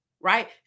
right